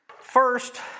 First